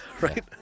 right